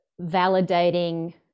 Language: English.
validating